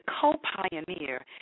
co-pioneer